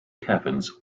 caverns